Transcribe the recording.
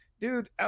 dude